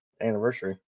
anniversary